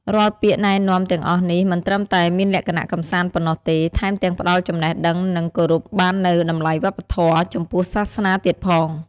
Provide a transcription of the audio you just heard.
រាល់ពាក្យណែនាំទាំងអស់នេះ មិនត្រឹមតែមានលក្ខណៈកម្សាន្តប៉ុណ្ណោះទេ ថែមទាំងផ្តល់ចំណេះដឹង និងគោរពបាននូវតម្លៃវប្បធម៌ ចំពោះសាសនាទៀតផង។